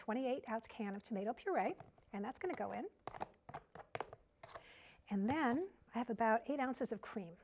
twenty eight out can of tomato puree and that's going to go in and then i have about eight ounces of cream